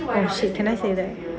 oh shit can I say that